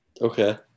Okay